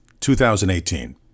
2018